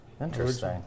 Interesting